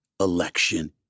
election